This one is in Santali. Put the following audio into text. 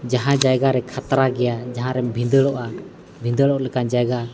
ᱡᱟᱦᱟᱸ ᱡᱟᱭᱜᱟ ᱨᱮ ᱠᱷᱟᱛᱨᱟ ᱜᱮᱭᱟ ᱡᱟᱦᱟᱸᱨᱮᱢ ᱵᱷᱤᱸᱫᱟᱹᱲᱚᱜᱼᱟ ᱵᱷᱤᱸᱫᱟᱹᱲᱚᱜ ᱞᱮᱠᱟᱱ ᱡᱟᱭᱜᱟ